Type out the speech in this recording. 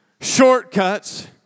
Shortcuts